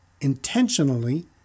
intentionally